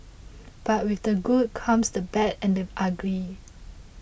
but with the good comes the bad and the ugly